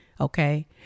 okay